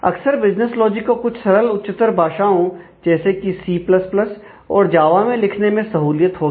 अक्सर business logic को कुछ सरल उच्चतर भाषाओं जैसे की सी प्लस प्लस और जावा में लिखने में सहूलियत होगी